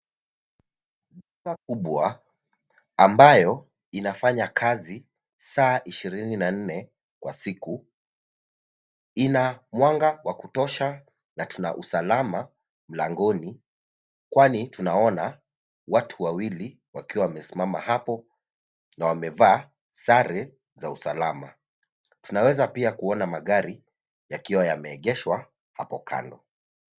Duka kubwa ambayo inafanya kazi saa ishirini na nne kwa siku. Ina mwanga wa kutosha na tuna usalama mlangoni; kwani tunaona watu wawili wakiwa wamesimama hapo na wamevaa sare za usalama. Tunaweza pia kuona magari yakiwa yameegeshwa hapo kando.